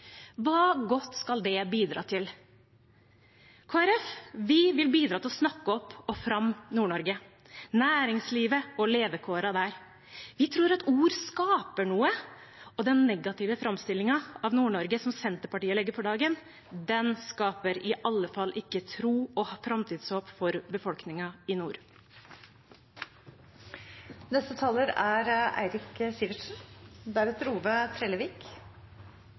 hva godt skal det bidra til? Kristelig Folkeparti vil bidra til å snakke opp og fram Nord-Norge, næringslivet og levekårene der. Vi tror at ord skaper noe, og den negative framstillingen av Nord-Norge som Senterpartiet legger for dagen, skaper i alle fall ikke tro og framtidshåp for befolkningen i nord.